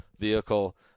vehicle